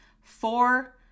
Four